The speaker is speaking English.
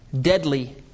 deadly